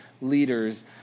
leaders